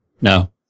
No